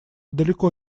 далеко